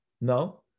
No